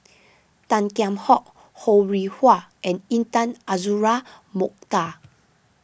Tan Kheam Hock Ho Rih Hwa and Intan Azura Mokhtar